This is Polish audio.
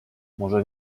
może